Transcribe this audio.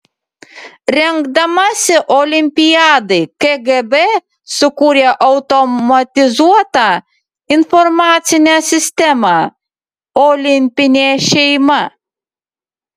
rengdamasi olimpiadai kgb sukūrė automatizuotą informacinę sistemą olimpinė šeima